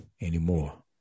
anymore